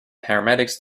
paramedics